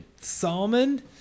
Salmon